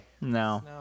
No